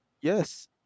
yes